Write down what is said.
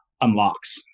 unlocks